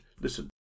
listen